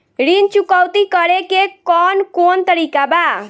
ऋण चुकौती करेके कौन कोन तरीका बा?